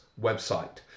website